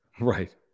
Right